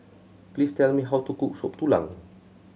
please tell me how to cook Soup Tulang